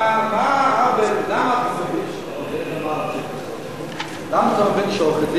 למה אתה מבין שעורך-דין,